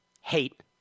hate